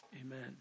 Amen